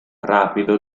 rapido